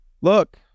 look